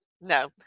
No